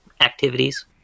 activities